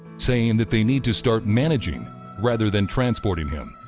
saying that they need to start managing rather than transporting him.